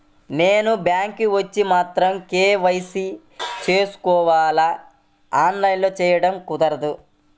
నేను బ్యాంక్ వచ్చి మాత్రమే కే.వై.సి చేయించుకోవాలా? ఆన్లైన్లో చేయటం కుదరదా?